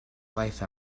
life